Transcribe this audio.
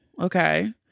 okay